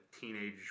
teenage